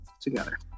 together